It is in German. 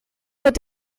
mit